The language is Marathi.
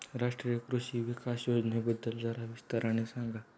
राष्ट्रीय कृषि विकास योजनेबद्दल जरा विस्ताराने सांगा